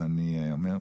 אמרתי: